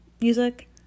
music